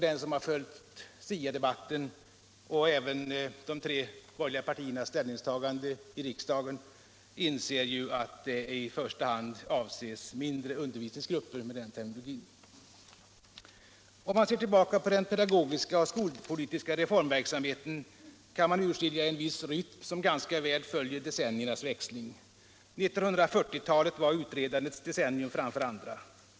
Den som har följt SIA-debatten och även de tre borgerliga partiernas ställningstagande i riksdagen inser ju att det i första hand är mindre undervisningsgrupper som avses med den terminologin. Om man ser tillbaka på den pedagogiska och skolpolitiska reformverksamheten kan man urskilja en viss rytm som ganska väl följer de cenniernas växling. 1940-talet var utredandets decennium framför andra.